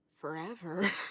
forever